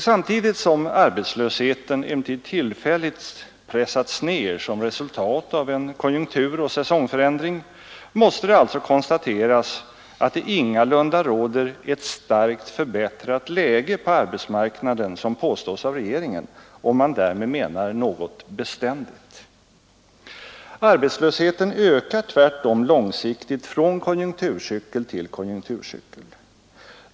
Samtidigt som arbetslösheten emellertid tillfälligt pressats ner som resultat av en tillfällig konjunkturoch säsongförändring måste det alltså konstateras att det ingalunda råder ”ett starkt förbättrat läge” på arbetsmarknaden, såsom påstås av regeringen, om man därmed menar något beständigt. Arbetslösheten ökar tvärtom långsiktigt från konjunkturcykel till konjunkturcykel.